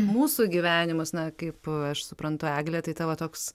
mūsų gyvenimas na kaip aš suprantu eglę tai tavo toks